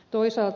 toisaalta